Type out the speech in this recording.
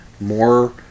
more